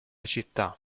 città